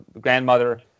grandmother